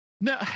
no